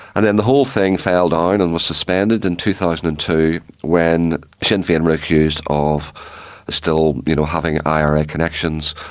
and then the whole thing fell down and was suspended in two thousand and two when sinn fein were accused of still you know having ira connections.